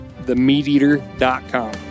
TheMeatEater.com